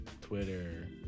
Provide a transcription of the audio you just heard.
Twitter